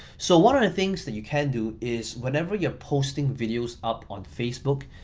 so one of the things that you can do is whenever you're posting videos up on facebook,